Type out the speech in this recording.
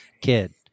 kid